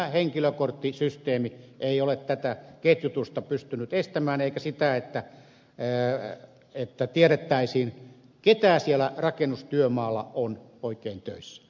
henkilökorttisysteemi ei ole tätä ketjutusta pystynyt estämään eikä sitä että tiedettäisiin ketä siellä rakennustyömaalla on oikein töissä